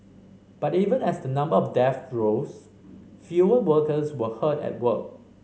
but even as the number of deaths rose fewer workers were hurt at work